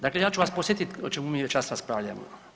Dakle, ja ću vas podsjetiti o čemu mi ovaj čas raspravljamo.